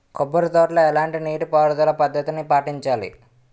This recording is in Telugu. కొబ్బరి తోటలో ఎలాంటి నీటి పారుదల పద్ధతిని పాటించాలి?